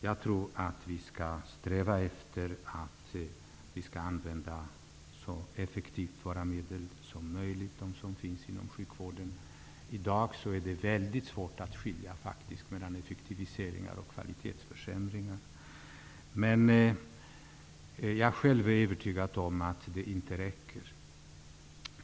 Jag tror att vi skall sträva efter att använda de medel som finns inom sjukvården så effektivt som möjligt -- i dag är det väldigt svårt att skilja mellan effektiviseringar och kvalitetsförsämringar -- men jag själv är övertygad om att det inte räcker.